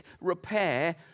repair